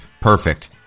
perfect